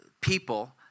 people